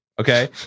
okay